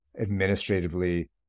administratively